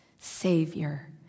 Savior